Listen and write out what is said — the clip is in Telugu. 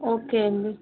ఓకే అండి